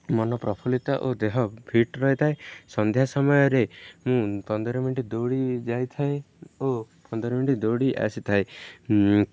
ମନ ପ୍ରଫୁଲିତ ଓ ଦେହ ଫିଟ୍ ରହିଥାଏ ସନ୍ଧ୍ୟା ସମୟରେ ମୁଁ ପନ୍ଦର ମିନିଟ୍ ଦୌଡ଼ି ଯାଇଥାଏ ଓ ପନ୍ଦର ମିନିଟ୍ ଦୌଡ଼ି ଆସିଥାଏ